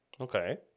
Okay